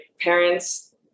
parents